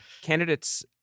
Candidates